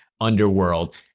underworld